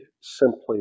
simply